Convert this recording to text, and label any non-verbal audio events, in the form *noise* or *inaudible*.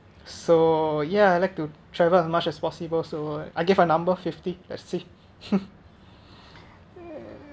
so ya I like to travel as much as possible so I give a number fifty let's see *noise*